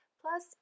Plus